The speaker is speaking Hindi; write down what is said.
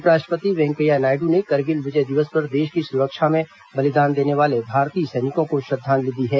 उपराष्ट्रपति वेंकैया नायडू ने करगिल विजय दिवस पर देश की सुरक्षा में बलिदान देने वाले भारतीय सैनिकों को श्रद्वांजलि दी है